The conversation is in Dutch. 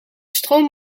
stroom